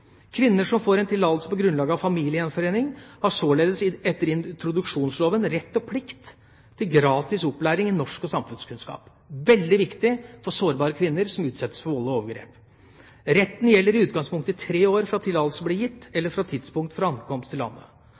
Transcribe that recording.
Kvinner som får en tillatelse på grunnlag av familiegjenforening, har således etter introduksjonsloven rett og plikt til gratis opplæring i norsk og samfunnskunnskap – veldig viktig for sårbare kvinner som utsettes for vold og overgrep. Retten gjelder i utgangspunktet i tre år fra tillatelse ble gitt, eller fra tidspunkt for ankomst til landet.